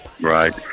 Right